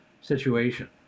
situation